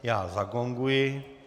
Já zagonguji.